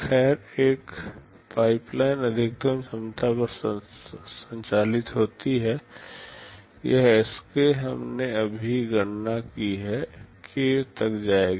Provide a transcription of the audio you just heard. खैर जब पाइपलाइन अधिकतम दक्षता पर संचालित होती है यह Sk हमने अभी गणना की है k तक जाएगी